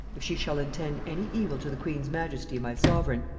if she shall intend any evil to the queen's majesty my sovereign,